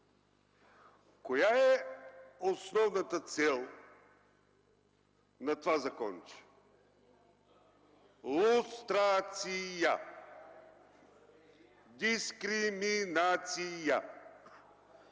Коя е основната цел на това законче? Лу-стра-ци-я, дис-кри-ми-на-ци-я!